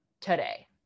today